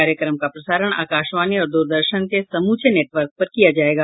कार्यक्रम का प्रसारण आकाशवाणी और दूरदर्शन के समूचे नेटवर्क पर किया जाएगा